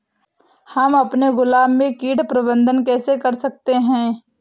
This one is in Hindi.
हम अपने गुलाब में कीट प्रबंधन कैसे कर सकते है?